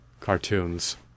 cartoons